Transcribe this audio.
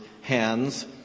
hands